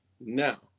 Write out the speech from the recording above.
Now